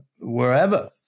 wherever